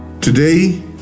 Today